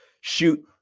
shoot